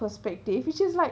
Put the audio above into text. perspective whcih is like